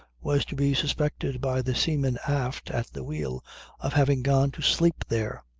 was to be suspected by the seaman aft at the wheel of having gone to sleep there.